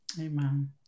Amen